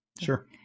sure